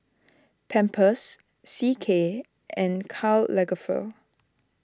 Pampers C K and Karl Lagerfeld